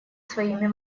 своими